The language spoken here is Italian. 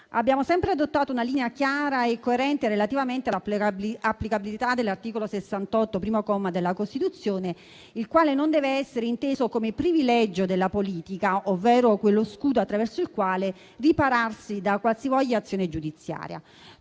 Abbiamo sempre adottato una linea chiara e coerente relativamente all'applicabilità dell'articolo 68, primo comma, della Costituzione, il quale non deve essere inteso come privilegio della politica, ovvero come scudo attraverso il quale ripararsi da qualsivoglia azione giudiziaria.